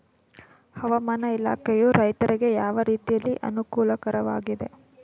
ಹವಾಮಾನ ಇಲಾಖೆಯು ರೈತರಿಗೆ ಯಾವ ರೀತಿಯಲ್ಲಿ ಅನುಕೂಲಕರವಾಗಿದೆ?